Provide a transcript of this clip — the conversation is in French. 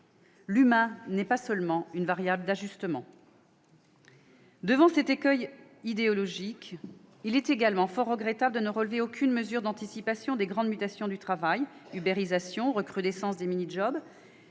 L'humain n'est pas une simple variable d'ajustement. Au regard de cet écueil idéologique, il est également fort regrettable de ne relever aucune mesure d'anticipation des grandes mutations du travail : ubérisation, recrudescence des mini-jobs,